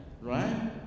Right